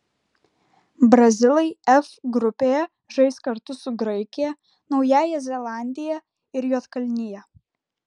brazilai f grupėje žais kartu su graikija naująja zelandija ir juodkalnija